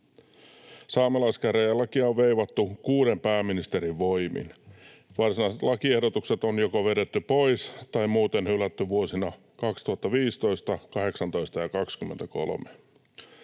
Saamelaiskäräjälakia on veivattu kuuden pääministerin voimin. Varsinaiset lakiehdotukset on joko vedetty pois tai muuten hylätty vuosina 2015, 2018 ja 2023.